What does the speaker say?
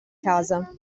casa